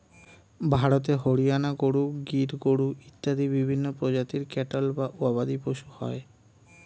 ভারতে হরিয়ানা গরু, গির গরু ইত্যাদি বিভিন্ন প্রজাতির ক্যাটল বা গবাদিপশু হয়